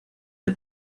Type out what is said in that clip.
del